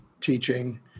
teaching